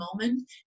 moment